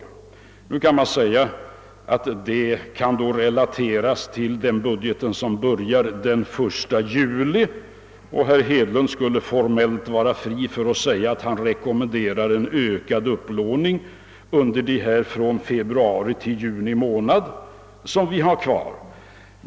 Detta yttrande kunde visserligen relateras till den budget som börjar den 1 juli, och herr Hedlund skulle formellt vara fri att rekommendera en ökad upplåning från februari till och med juni månad, d. v. s. den tid vi har kvar av innevarande budgetår.